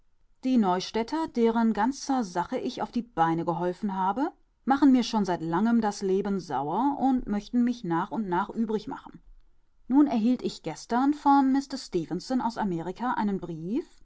die neustädter deren ganzer sache ich auf die beine geholfen habe machen mir schon seit langem das leben sauer und möchten mich nach und nach übrig machen nun erhielt ich gestern von mister stefenson aus amerika einen brief